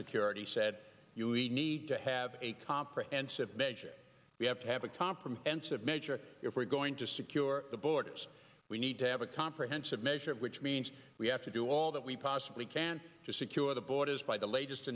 security said you we need to have a comprehensive we have to have a compromise major if we're going to secure the borders we need to have a comprehensive measure which means we have to do all that we possibly can to secure the borders by the latest